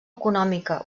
econòmica